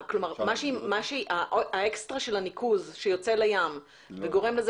כלומר האקסטרה של הניקוז שיוצא לים וגורם לזה